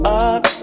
up